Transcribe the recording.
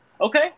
Okay